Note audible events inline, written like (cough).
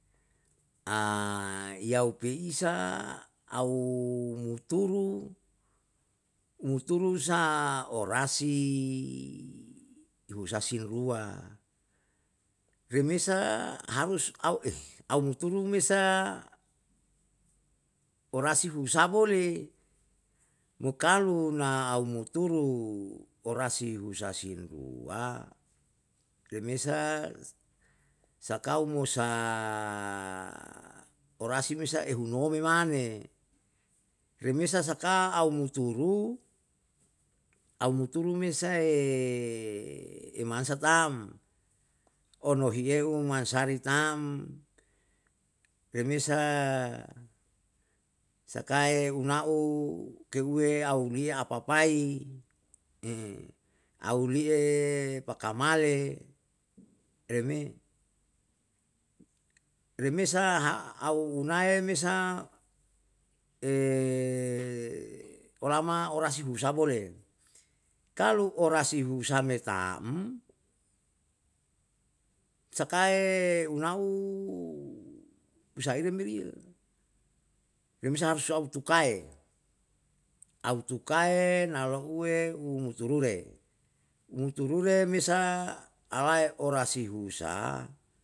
(hesitation) yau peisa au muturu, muturu sa orasi ihusa sin rua, remesa harus au (hesitation) au muturu me sa orasi husa boleh, mo kalu na aumuturu orasi husa sin rua, remesa sakau mo sa oarasi me sa ehu nome mane, remesa saka au muturu, au muturu me sae (hesitation) emansa tam onohi ehu mansari tam, remesa sakae una'u keuwe aulia apapai, (hesitation) auli'e pakamale reme, remesa ha au unae me sa (hesitation) olama orasi husa boleh. Kalu orasi husame tam sake unau usaire meri yo, remesa harus au tukae, autukae na louwe umuturuhe, muturuhe mesa alae orasi husa